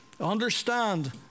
understand